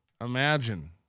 Imagine